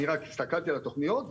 רק הסתכלתי על התוכניות,